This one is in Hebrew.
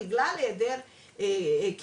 בגלל העדר הכלים.